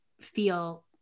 feel